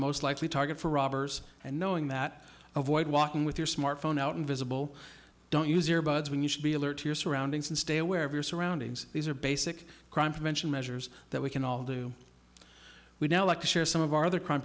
most likely target for robbers and knowing that avoid walking with your smartphone out invisible don't use ear buds when you should be alert to your surroundings and stay aware of your surroundings these are basic crime prevention measures that we can all do we now like to share some of our other crime